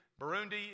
Burundi